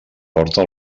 porta